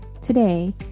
Today